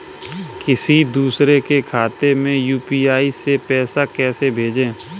किसी दूसरे के खाते में यू.पी.आई से पैसा कैसे भेजें?